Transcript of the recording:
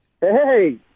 Hey